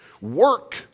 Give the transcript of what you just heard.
work